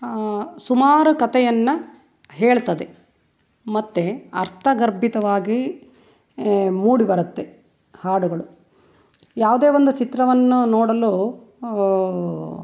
ಸುಮಾರು ಕಥೆಯನ್ನ ಹೇಳ್ತದೆ ಮತ್ತೆ ಅರ್ಥಗರ್ಭಿತವಾಗಿ ಮೂಡಿಬರುತ್ತೆ ಹಾಡುಗಳು ಯಾವುದೇ ಒಂದು ಚಿತ್ರವನ್ನು ನೋಡಲು